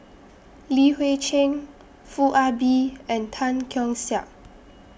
Li Hui Cheng Foo Ah Bee and Tan Keong Saik